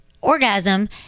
orgasm